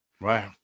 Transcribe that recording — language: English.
Right